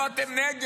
או: אתם נגד.